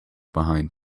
behind